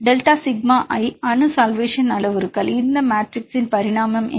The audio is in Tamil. டெல்டா சிக்மா I அணு சல்வேஷன் அளவுருக்கள் இந்த மேட்ரிக்ஸின் பரிமாணம் என்ன